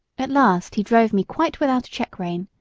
at last he drove me quite without a check-rein,